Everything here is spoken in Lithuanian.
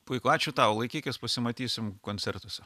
puiku ačiū tau laikykis pasimatysim koncertuose